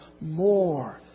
more